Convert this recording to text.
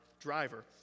driver